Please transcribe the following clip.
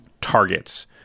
targets